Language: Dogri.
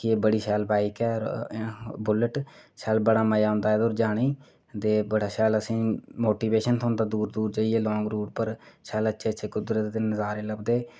के एह् बड़ी शैल ऐ बाईक बुलेट ते बड़ा मज़ा आंदा इसी चलानै गी ते बड़ा शैल मोटिवेशन थ्होंदा दूर दूर लांग रूट पर जाइयै शैल अच्छे अच्छे नज़ारे लभदे